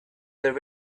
there